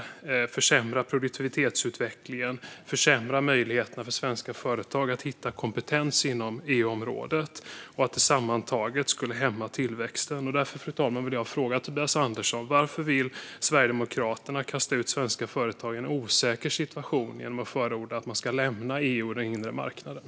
Det skulle försämra produktivitetsutvecklingen och försämra möjligheterna för svenska företag att hitta kompetens inom EU-området. Sammantaget skulle det hämma tillväxten. Därför, fru talman, vill jag fråga Tobias Andersson: Varför vill Sverigedemokraterna kasta ut svenska företag i en osäker situation genom att förorda att vi lämnar EU och den inre marknaden?